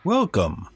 Welcome